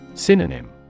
Synonym